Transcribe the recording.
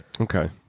Okay